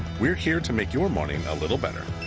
we're here to make your morning a little better.